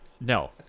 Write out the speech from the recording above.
No